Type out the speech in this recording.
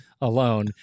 alone